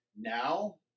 now